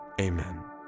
Amen